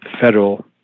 federal